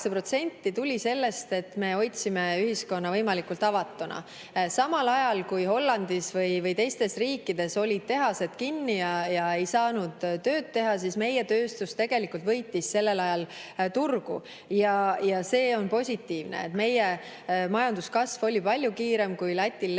tuli sellest, et me hoidsime ühiskonna võimalikult avatuna. Samal ajal kui Hollandis või teistes riikides olid tehased kinni ja ei saanud tööd teha, meie tööstus tegelikult võitis turgu ja see on positiivne. Meie majanduskasv oli palju kiirem kui Lätil, Leedul,